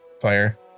fire